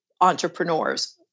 entrepreneurs